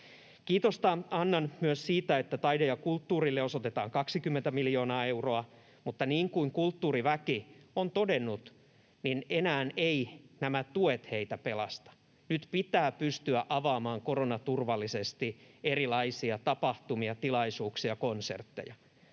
Kiitosta annan myös siitä, että taiteelle ja kulttuurille osoitetaan 20 miljoonaa euroa, mutta niin kuin kulttuuriväki on todennut, enää eivät nämä tuet heitä pelasta. Nyt pitää pystyä avaamaan koronaturvallisesti erilaisia tapahtumia, tilaisuuksia, konsertteja.